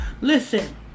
Listen